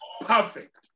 perfect